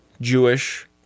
Jewish